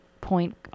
point